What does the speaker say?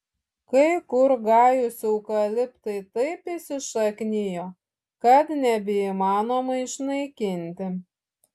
kai kur gajūs eukaliptai taip įsišaknijo kad nebeįmanoma išnaikinti